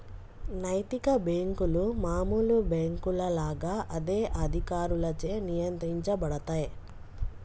నైతిక బ్యేంకులు మామూలు బ్యేంకుల లాగా అదే అధికారులచే నియంత్రించబడతయ్